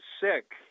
sick